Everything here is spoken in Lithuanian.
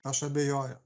aš abejoju